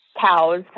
cows